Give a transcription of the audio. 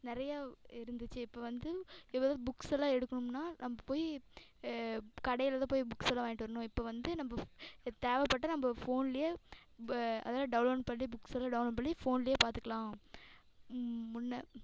நிறையா இருந்துச்சு இப்போ வந்து இப்போ வந்து புக்ஸெல்லாம் எடுக்கணும்னால் நம்ம போய் கடையில் தான் போய் புக்ஸெல்லாம் வாங்கிட்டு வரணும் இப்போ வந்து நம்ம தேவைப்பட்டால் நம்ம ஃபோனிலே ப அதெலாம் டவுன்லோட் பண்ணி புக்ஸெல்லாம் டவுன்லோட் பண்ணி ஃபோனிலே பார்த்துக்குலாம் முன்னே